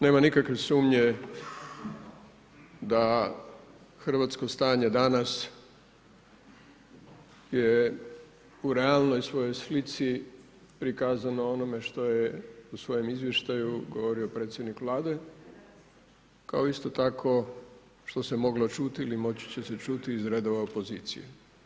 Nema nikakve sumnje da hrvatsko stanje danas je u realnoj svojoj slici prikazano onome što je u svome izvještaju govorio predsjednik Vlade kao isto tako što se moglo čuti ili moći će se čuti iz redova opozicije.